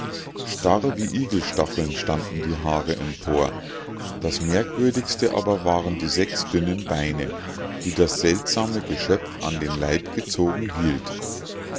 starr wie igelstacheln standen die haare empor das merkwürdigste aber waren die sechs dünnen beine die das seltsame geschöpf an den leib gezogen hielt